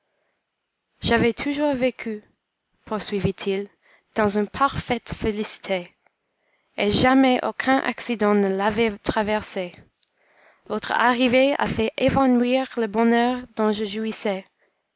j'avais toujours vécu poursuivit-il dans une parfaite félicité et jamais aucun accident ne l'avait traversée votre arrivée a fait évanouir le bonheur dont je jouissais